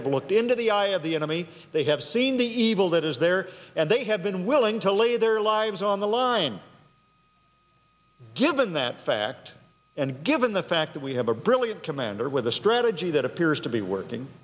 have looked into the eye of the enemy they have seen the evil that is there and they have been willing to lay their lives on the line given that fact and given the fact that we have a brilliant commander with a strategy that appears to be working